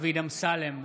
דוד אמסלם,